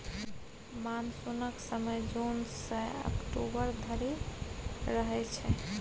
मानसुनक समय जुन सँ अक्टूबर धरि रहय छै